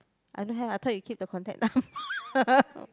I don't have I thought you keep the contact number